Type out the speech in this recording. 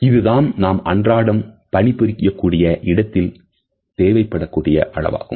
இதுதான் நாம் அன்றாடம் பணிபுரியக்கூடிய இடத்தில் தேவைப்படக்கூடிய அளவாகும்